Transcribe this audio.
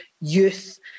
youth